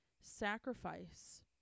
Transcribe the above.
sacrifice